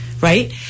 right